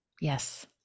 Yes